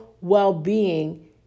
well-being